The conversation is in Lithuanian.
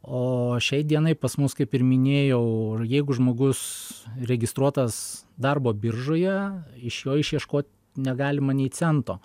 o šiai dienai pas mus kaip ir minėjau jeigu žmogus registruotas darbo biržoje iš jo išieškot negalima nė cento